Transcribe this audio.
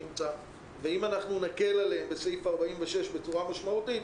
אם אנחנו נקל עליהם בסעיף 46 בצורה משמעותית,